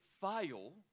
fail